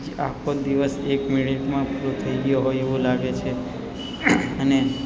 આખો દિવસ એક મિનિટમાં પૂરો થઈ ગ્યો હોય એવું લાગે છે અને